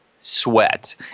sweat